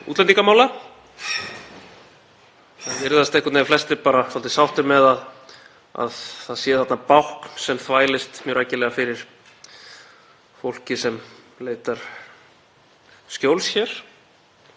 fólki sem leitar skjóls hér. Ríkisendurskoðun hefur ítrekað kallað eftir því að Útlendingastofnun innleiði rafræna umsýslu og afgreiðslu umsókna og haldi utan um umsóknir og úrvinnslu þeirra í virkum og öruggum gagnagrunni.